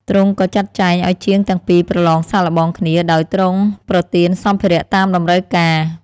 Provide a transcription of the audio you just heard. ទ្រង់ក៏ចាត់ចែងឱ្យជាងទាំងពីរប្រឡងសាកល្បងគ្នា ដោយទ្រង់ប្រទានសម្ភារៈតាមតម្រូវការ។